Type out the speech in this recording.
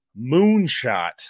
moonshot